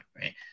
right